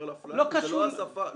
על אפליה כי זו לא השפה --- לא קשור.